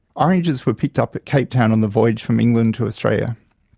oranges were picked up at cape town on the voyage from england to australia.